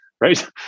right